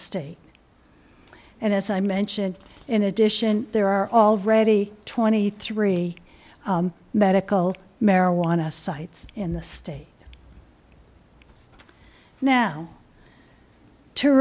state and as i mentioned in addition there are already twenty three medical marijuana sites in the state now to